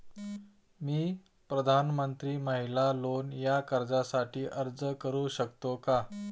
मी प्रधानमंत्री महिला लोन या कर्जासाठी अर्ज करू शकतो का?